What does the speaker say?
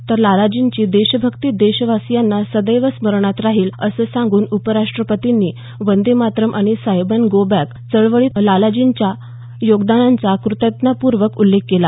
तर लालाजींची देशभक्ती देशवासीयांच्या सदैव स्मरणात राहील असं सांगून उपराष्ट्रपतींनी वंदे मातरम आणि सायमन गो बॅक चळवळीत लालाजींच्या योगदानाचा क्रतज्ञतापूर्वक उल्लेख केला